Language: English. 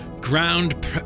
ground